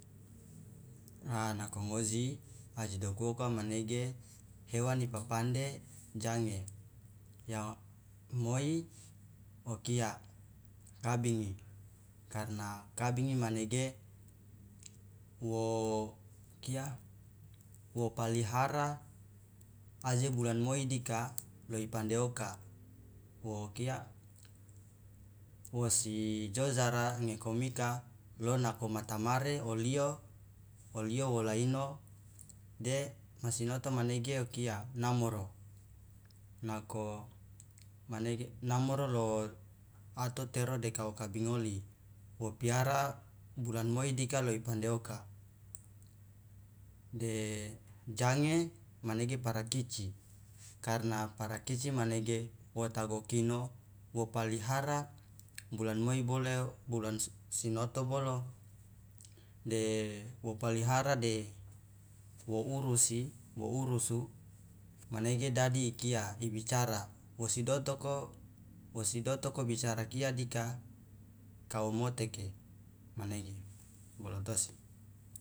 a nako aji doku oka manege hewan ipapande jange ya moi okia kabingi karna kabingi manege wo kia wo palihara aje bulan moi dika lo ipande oka wokia wosi jojara ngekomika lo nako ngotamare olio wola ino de masinoto manege okia namoro nako manege namoro lo ato tero kai kabingoli wo piara bulan moi dika lo ipande oka de jange manege parakici karna parakici manege wo tagokino wo palihara bulan moi bolo bulan sinoto bolo de wo palihara de wo urusi wo urusu manege dadi ikia ibicara wosi dotoko wosi dotoko bicara kia kao moteke manege bolotosi.